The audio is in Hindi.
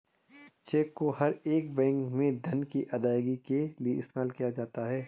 चेक को हर एक बैंक में धन की अदायगी के लिये इस्तेमाल किया जाता है